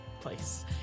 place